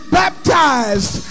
baptized